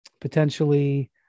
potentially